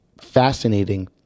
fascinating